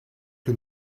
que